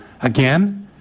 again